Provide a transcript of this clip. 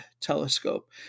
Telescope